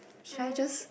shall I just